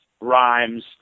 rhymes